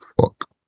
fuck